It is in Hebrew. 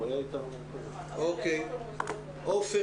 עופר